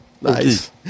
Nice